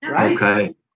Okay